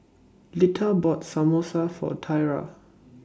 Lita bought Samosa For Tiarra